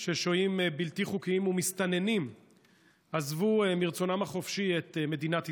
כי שוהים בלתי חוקיים ומסתננים עזבו מרצונם החופשי את מדינת ישראל.